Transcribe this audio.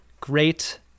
great